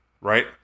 right